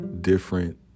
different